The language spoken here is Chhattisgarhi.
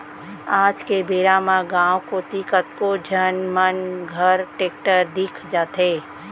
आज के बेरा म गॉंव कोती कतको झन मन घर टेक्टर दिख जाथे